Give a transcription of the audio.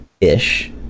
ish